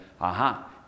aha